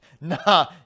nah